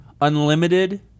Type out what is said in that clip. unlimited